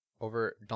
over